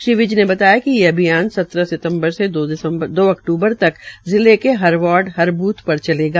श्री विज ने बताया कि ये अभियान सत्रह सितम्बर से दो अक्तूबर तक जिले के हर वार्ड हर बूथ पर चलेगा